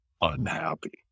unhappy